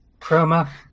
Chroma